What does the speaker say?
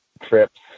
trips